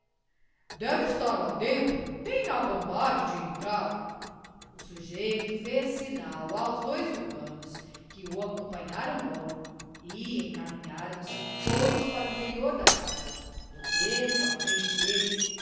estar lá dentro tenha a bondade de entrar o sujeito fez sina aos dois urbanos que o acompanharam logo e encaminharam-se todos para o interior da casa botelho à frente deles